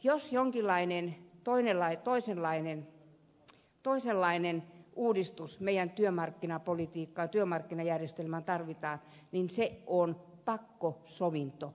jos jonkinlainen toisenlainen uudistus meidän työmarkkinapolitiikkaan työmarkkinajärjestelmään tarvitaan niin se on pakkosovinto